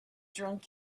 drunk